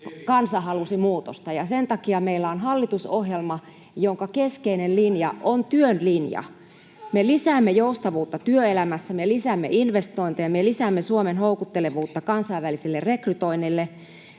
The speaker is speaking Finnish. kansa halusi muutosta, ja sen takia meillä on hallitusohjelma, jonka keskeinen linja on työn linja. Me lisäämme joustavuutta työelämässä, me lisäämme investointeja, me lisäämme Suomen houkuttelevuutta kansainvälisille rekrytoinneille,